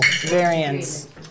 variants